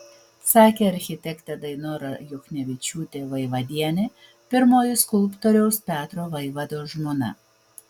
sakė architektė dainora juchnevičiūtė vaivadienė pirmoji skulptoriaus petro vaivados žmona